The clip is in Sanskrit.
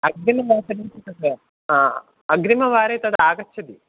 अस्मिन् मासे तद् हा अग्रिमवारे तद् आगच्छति